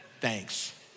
Thanks